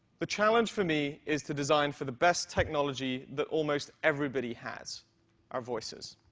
the challenge for me is to design for the best technology that almost everybody has our voices.